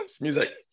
Music